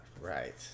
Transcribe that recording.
Right